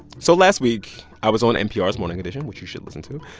so last week, i was on npr's morning edition, which you should listen to,